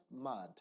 mad